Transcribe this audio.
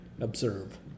observe